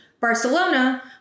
Barcelona